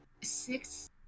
six